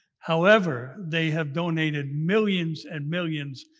however, they have donated millions, and millions,